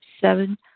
Seven